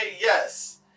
yes